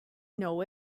know